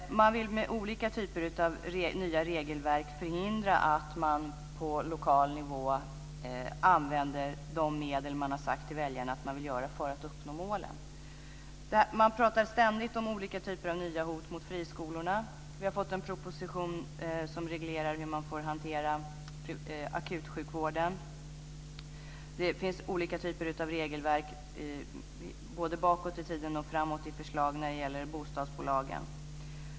Man vill med olika typer av nya regelverk förhindra att de på lokal nivå använder medel som de har sagt till väljarna att de vill använda för att uppnå målen. Man pratar ständigt om olika typer av nya hot mot friskolorna. Vi har fått en proposition som reglerar hur akutsjukvården får hanteras. Det finns olika typer av regelverk både bakåt i tiden och framåt i förslag när det gäller bostadsbolagen.